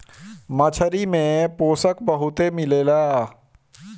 मछरी में पोषक बहुते मिलेला